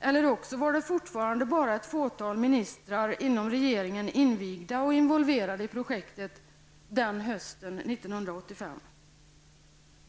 eller också var fortfarande bara ett fåtal ministrar i regeringen invigda och involverade i projektet hösten 1985.